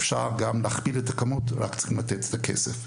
אפשר גם להכפיל את הכמות, רק צריך לתת את הכסף.